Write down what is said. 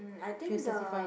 I think the